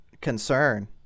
concern